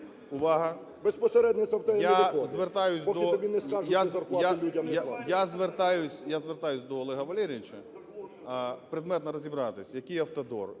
Я звертаюсь до Олега Валерійовича предметно розібратись, якийавтодор,